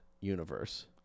universe